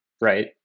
right